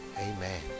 amen